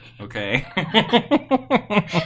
Okay